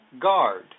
guard